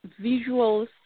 visuals